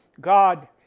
God